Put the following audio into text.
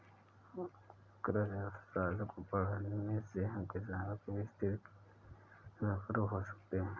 कृषि अर्थशास्त्र को पढ़ने से हम किसानों की स्थिति से रूबरू हो सकते हैं